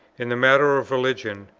in the matter of religion,